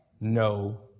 no